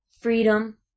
freedom